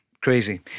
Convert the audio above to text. Crazy